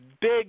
big